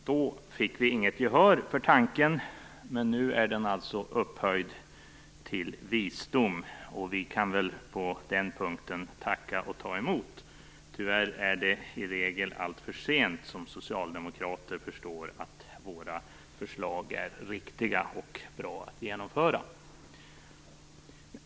Då fick vi inget gehör för tanken, men nu är den upphöjd till visdom, och vi kan väl på den punkten tacka och ta emot. Tyvärr är det i regel alltför sent som socialdemokrater förstår att våra förslag är riktiga och bra att genomföra.